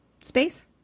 space